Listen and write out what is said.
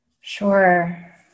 Sure